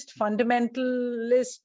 fundamentalist